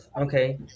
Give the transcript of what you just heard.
okay